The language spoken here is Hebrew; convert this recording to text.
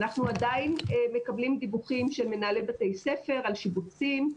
אנחנו עדיין מקבלים דיווחים של מנהלי בתי ספר על שיבוצים.